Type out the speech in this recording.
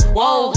Whoa